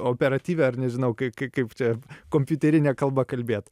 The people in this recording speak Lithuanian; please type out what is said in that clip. operatyvią ar nežinau kai kai kaip čia kompiuterine kalba kalbėt